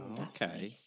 okay